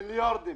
מיליארדים